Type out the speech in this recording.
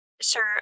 Sure